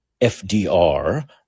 FDR